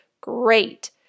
great